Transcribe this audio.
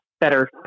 better